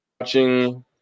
watching